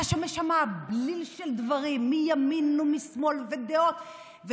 אתה שומע שם בליל של דברים מימין ומשמאל ודעות,